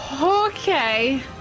Okay